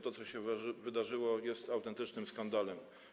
To, co się wydarzyło, jest autentycznym skandalem.